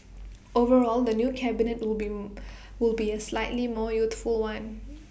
overall the new cabinet will been will be A slightly more youthful one